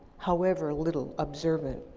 however little observant.